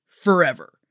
forever